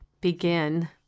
begin